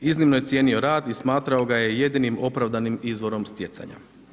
Iznimno je cijenio rad i smatrao ga je jedinim opravdanim izvorom stjecanja.